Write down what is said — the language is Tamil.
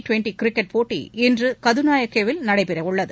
டுவன்டி கிரிக்கெட் போட்டி இன்று கதநாயக்கேவில் நடைபெறவுள்ளது